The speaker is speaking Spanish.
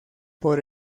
por